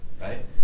right